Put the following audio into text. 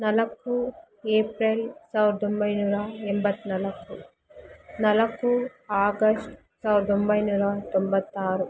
ನಾಲ್ಕು ಏಪ್ರಿಲ್ ಸಾವಿರ್ದ ಒಂಬೈನೂರ ಎಂಬತ್ನಾಲ್ಕು ನಾಲ್ಕು ಆಗಸ್ಟ್ ಸಾವಿರ್ದ ಒಂಬೈನೂರ ತೊಂಬತ್ತಾರು